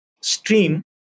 stream